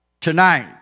tonight